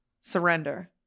surrender